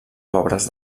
pobres